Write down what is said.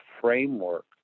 framework